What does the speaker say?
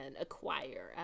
acquire